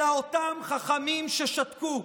אלא אותם חכמים ששתקו.